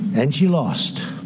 and she lost